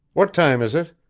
what time is it?